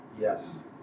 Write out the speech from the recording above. Yes